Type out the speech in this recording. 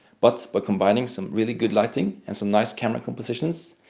but but combining some really good lighting and some nice camera compositions,